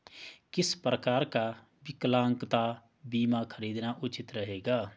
किस प्रकार का विकलांगता बीमा खरीदना उचित रहेगा?